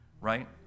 right